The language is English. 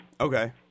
Okay